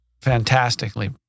fantastically